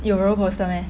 有 roller coaster meh